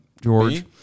george